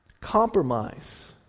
Compromise